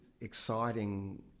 exciting